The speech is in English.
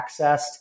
accessed